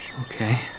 Okay